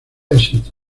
asistió